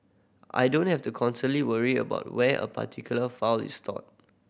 I don't have to constantly worry about where a particular file is stored